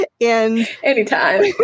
anytime